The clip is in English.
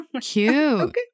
Cute